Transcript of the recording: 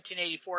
1984